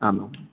आम् आम्